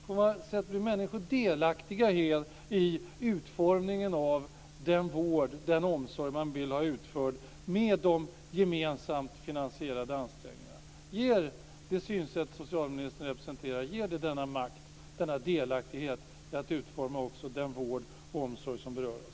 På vad sätt blir människor delaktiga i utformningen av den vård, den omsorg man vill ha utförd med de gemensamt finansierade ansträngningarna? Ger det synsätt socialministern representerar denna makt, denna delaktighet i att utforma den vård och omsorg som berör oss?